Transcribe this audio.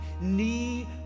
knee